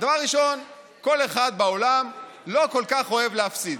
דבר ראשון, אף אחד בעולם לא כל כך אוהב להפסיד.